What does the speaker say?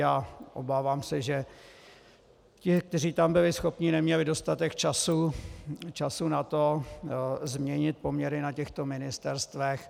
A obávám se, že ti, kteří tam byli schopní, neměli dostatek času na to, změnit poměry na těchto ministerstvech.